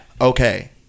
okay